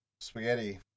spaghetti